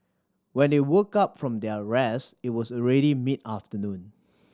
when they woke up from their rest it was already mid afternoon